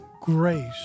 grace